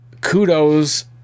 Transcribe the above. kudos